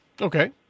Okay